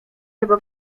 jego